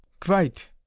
Quite